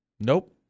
nope